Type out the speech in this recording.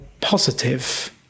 positive